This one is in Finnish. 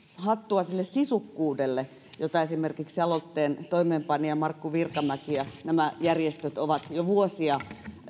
hattua sille sisukkuudelle jota esimerkiksi aloitteen toimeenpanija markku virkamäki ja nämä järjestöt ovat jo vuosia